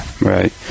Right